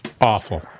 Awful